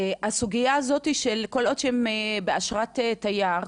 הוא שכל עוד הם באשרת תייר,